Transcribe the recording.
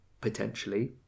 potentially